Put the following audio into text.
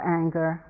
anger